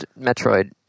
Metroid